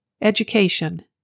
Education